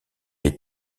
est